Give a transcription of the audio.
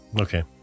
Okay